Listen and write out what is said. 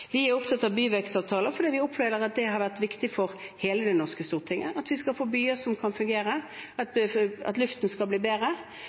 Vi er opptatt av byvekstavtaler, for vi opplever at det har vært viktig for hele Det norske storting at vi skal få byer som kan fungere, at luften skal bli bedre.